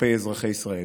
כלפי אזרחי ישראל.